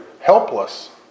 helpless